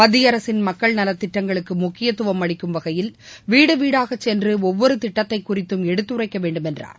மத்திய அரசின் மக்கள் நலத் திட்டங்களுக்கு முக்கியத்துவம் அளிக்கும் வகையில் வீடுவீடாக சென்று ஒவ்வொரு திட்டத்தை குறித்தும் எடுத்துரைக்க வேண்டும் என்றார்